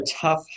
tough